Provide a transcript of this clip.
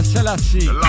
Selassie